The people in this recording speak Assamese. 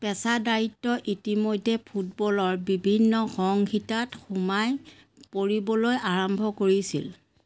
পেচাদাৰীত্ব ইতিমধ্যে ফুটবলৰ বিভিন্ন সংহিতাত সোমাই পৰিবলৈ আৰম্ভ কৰিছিল